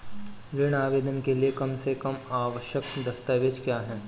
ऋण आवेदन के लिए कम से कम आवश्यक दस्तावेज़ क्या हैं?